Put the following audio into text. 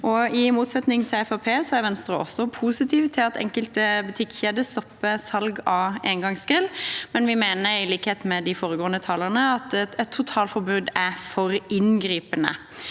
I motsetning til Fremskrittspartiet er Venstre positive til at enkelte butikkjeder stopper salg av engangsgrill, men vi mener i likhet med de foregående talerne at et totalforbud er for inngripende.